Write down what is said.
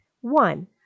One